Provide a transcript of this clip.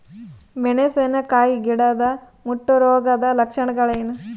ಮೆಣಸಿನಕಾಯಿ ಗಿಡದ ಮುಟ್ಟು ರೋಗದ ಲಕ್ಷಣಗಳೇನು?